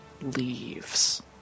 leaves